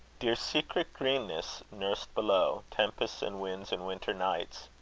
dear secret greenness, nursed below tempests and winds and winter nights!